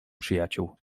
przyjaciół